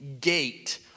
gate